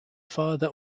further